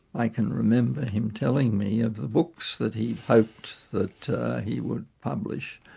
i can remember him telling me of the books that he hoped that he would publish,